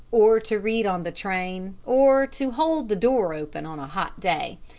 or to read on the train, or to hold the door open on a hot day.